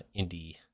indie